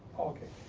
okay.